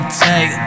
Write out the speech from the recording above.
take